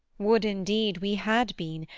would, indeed, we had been,